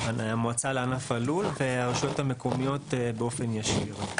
המועצה לענף הלול והרשויות המקומיות באופן ישיר.